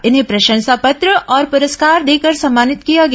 इन्हें प्रशंसा पत्र और प्रस्कार देकर सम्मानित किया गया